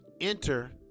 enter